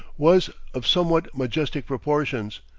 was of somewhat majestic proportions,